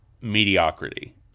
mediocrity